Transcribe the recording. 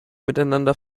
miteinander